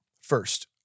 First